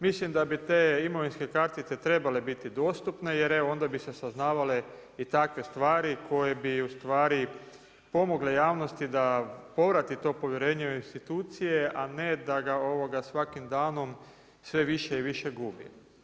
Mislim da bi te imovinske kartice trebale biti dostupne jer evo onda bi se saznavale i takve stvari koje bi ustvari pomogle javnosti da povrati to povjerenje u institucije a ne da ga svakim danom sve više i više gubi.